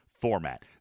format